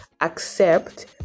accept